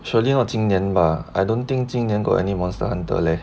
surely not 今年 bah I don't think 今年 got any monster hunter 嘞